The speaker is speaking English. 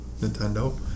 Nintendo